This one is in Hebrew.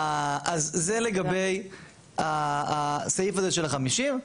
אז זה לגבי הסעיף הזה של ה-50.